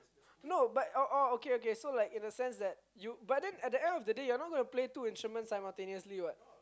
no but or or okay okay so like in a sense that you but then at the end of the day you're not gonna play two instrument simultaneously [what]